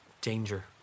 Danger